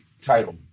title